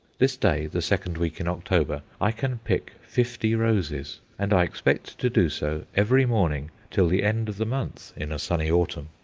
this day, the second week in october, i can pick fifty roses and i expect to do so every morning till the end of the month in a sunny autumn.